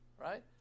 Right